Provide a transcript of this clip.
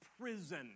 prison